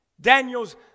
Daniel's